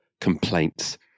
complaints